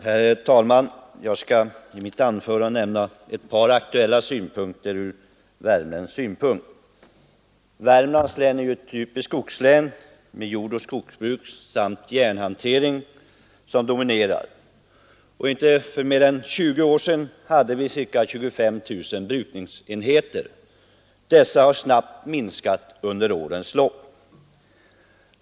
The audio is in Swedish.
Herr talman! Jag skall i mitt anförande beröra ett par aktuella frågor ur värmländsk synpunkt. Värmlands län är ju ett typiskt skogslän, där jordoch skogsbruk samt järnhantering dominerar. För inte mer än 20 år sedan hade vi ca 25 000 brukningsenheter inom jordbruket, men antalet enheter har snabbt minskat under årens lopp.